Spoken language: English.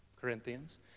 Corinthians